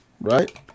right